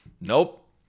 Nope